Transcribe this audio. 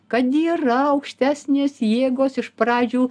kad yra aukštesnės jėgos iš pradžių